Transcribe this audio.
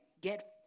get